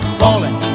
falling